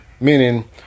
Meaning